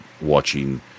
watching